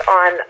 on